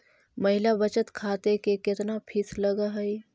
महिला बचत खाते के केतना फीस लगअ हई